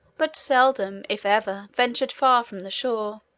but seldom, if ever, ventured far from the shore.